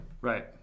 right